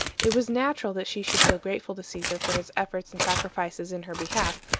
it was natural that she should feel grateful to caesar for his efforts and sacrifices in her behalf,